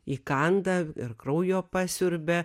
įkanda ir kraujo pasiurbia